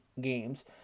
games